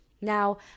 now